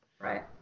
Right